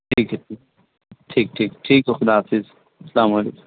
ٹھیک ہے پھر ٹھیک ٹھیک ٹھیک ہے خدا حافظ اسلام علیکم